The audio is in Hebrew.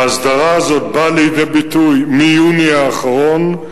ההסדרה הזאת באה לידי ביטוי מיוני האחרון,